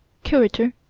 curator,